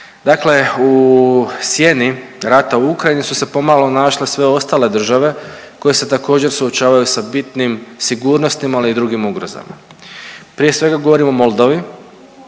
Dakle, u sjeni rata u Ukrajini su se pomalo našle sve ostale države koje se također suočavaju sa bitnim sigurnosnim ali i drugim ugrozama. Prije svega govorim o Moldavi